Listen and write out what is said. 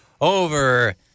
Over